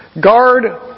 Guard